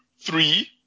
three